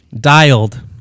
dialed